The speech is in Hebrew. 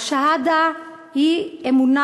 השהאדה היא אמונה,